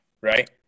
right